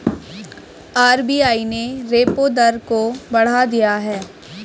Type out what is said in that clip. RBI ने repo दर को बढ़ा दिया है